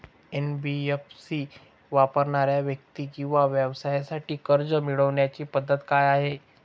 NBFC वापरणाऱ्या व्यक्ती किंवा व्यवसायांसाठी कर्ज मिळविण्याची पद्धत काय आहे?